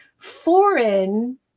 foreign